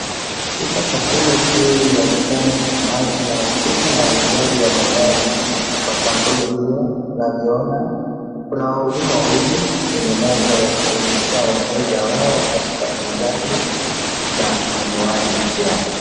Katika kampuni hii ya Nissan ambayo inahusika na uuzaji wa magari ya sampuli hiyo .Tunavyoona kuna wahudumu wawili kwenye meza ya kushughulikia wateja wao katika uuzaji na ununuaji pia.